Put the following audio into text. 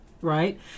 right